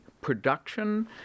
production